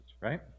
right